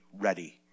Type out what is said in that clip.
ready